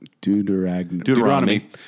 Deuteronomy